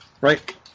Right